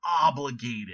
obligated